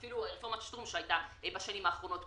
אפילו את רפורמת שטרום שהייתה בשנים האחרונות.